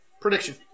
Prediction